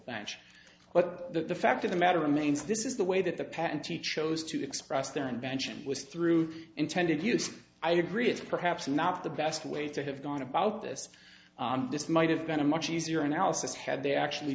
batch but the fact of the matter remains this is the way that the patent he chose to express the invention was through intended use i agree it's perhaps not the best way to have gone about this this might have been a much easier analysis had they actually